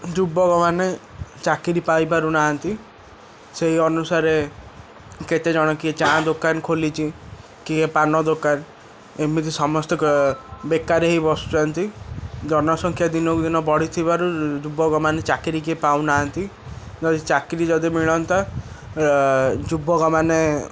ଯୁବକମାନେ ଚାକିରି ପାଇପାରୁ ନାହାଁନ୍ତି ସେଇ ଅନୁସାରେ କେତେ ଜଣ କିଏ ଚା ଦୋକାନ ଖୋଲିଛି କିଏ ପାନ ଦୋକାନ ଏମିତି ସମସ୍ତେ ବେକାର ହେଇ ବସୁଛନ୍ତି ଜନସଂଖ୍ୟା ଦିନ କୁ ଦିନ ବଢ଼ିଥିବାରୁ ଯୁବକମାନେ ଚାକିରି କିଏ ପାଉନାହାଁନ୍ତି ଯଦି ଚାକିରି ଯଦି ମିଳନ୍ତା ଯୁବକମାନେ